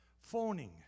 phoning